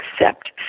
accept